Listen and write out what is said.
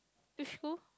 which school